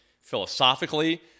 philosophically